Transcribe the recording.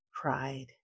pride